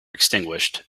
extinguished